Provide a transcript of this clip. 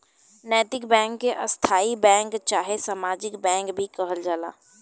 नैतिक बैंक के स्थायी बैंक चाहे सामाजिक बैंक भी कहल जाला